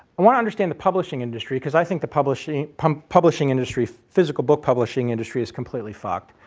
i want to understand the publishing industry, because i think the publishing um publishing industry, physical book publishing industry is completely fucked.